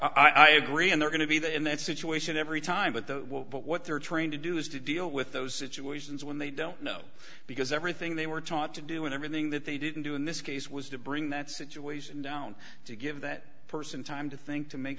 him i agree and they're going to be there in that situation every time but the what they're trying to do is to deal with those situations when they don't know because everything they were taught to do and everything that they didn't do in this case was to bring that situation down to give that person time to think to make